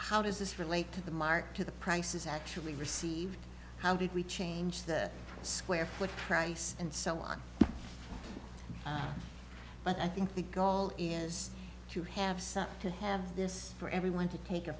how does this relate to the mark to the prices actually received how did we change the square foot price and so on but i think the goal is to have something to have this for everyone to take a